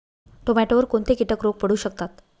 टोमॅटोवर कोणते किटक रोग पडू शकतात?